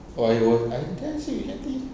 oh I was I can sit with yati